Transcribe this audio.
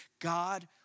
God